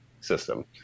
system